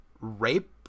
rape